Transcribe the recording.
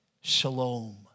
shalom